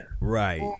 Right